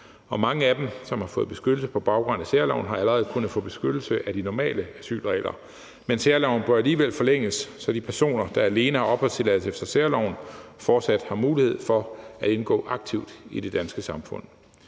Mange af dem, som har fået beskyttelse på baggrund af særloven, har allerede kunnet få beskyttelse af de normale asylregler, men særloven bør alligevel forlænges, så de personer, der alene har opholdstilladelse efter særloven, fortsat har mulighed for at indgå aktivt i det danske samfund.